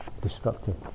destructive